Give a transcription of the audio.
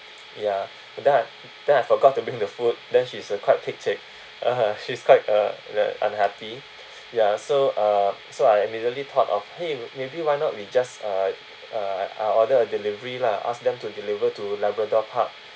ya that then I forgot to bring the food then she's a quite pek cek (uh huh) she's quite uh uh unhappy ya so uh so I immediately thought of hey maybe why not we just uh uh I order a delivery lah ask them to deliver to labrador park